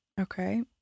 Okay